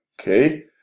okay